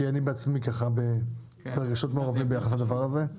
כי אני בעצמי ברגשות מעורבים ביחס לדבר הזה.